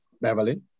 Beverly